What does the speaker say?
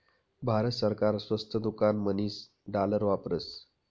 भारत सरकार स्वस्त दुकान म्हणीसन डालर वापरस